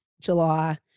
July